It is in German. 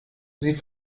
sie